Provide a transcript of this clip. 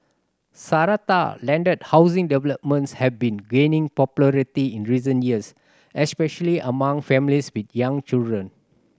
Strata landed housing developments have been gaining popularity in recent years especially among families with young children